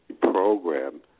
program